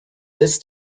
this